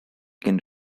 can